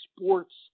sports